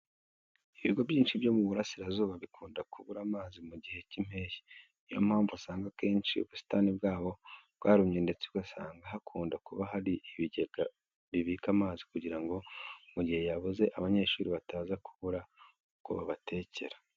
Ibigo byinshi byo mu Burasirazuba bikunda kubura amazi mu gihe cy'Impeshyi. Ni yo mpamvu usanga akenshi ubusitani bwaho bwarumye ndetse ugasanga hakunda kuba hari ibigega bibika amazi kugira ngo mu gihe yabuze abanyeshuri bataza kubura uko babatekera.